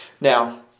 Now